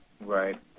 Right